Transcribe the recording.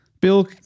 Bill